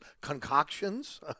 concoctions